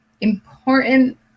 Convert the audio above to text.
important